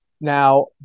now